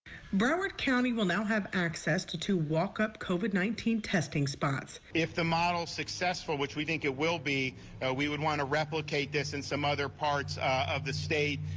broward county will now have access to to walk up covid nineteen testing spots if the model successful which we think it will be we would want to replicate this in some other parts of the state.